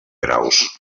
graus